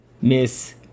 Miss